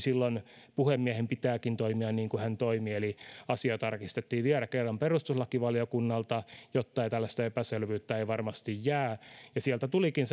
silloin puhemiehen pitääkin toimia niin kuin hän toimi eli asia tarkistettiin vielä kerran perustuslakivaliokunnalta jotta tällaista epäselvyyttä ei varmasti jää sieltä tulikin